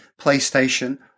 PlayStation